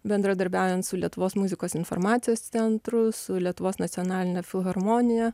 bendradarbiaujant su lietuvos muzikos informacijos centru su lietuvos nacionaline filharmonija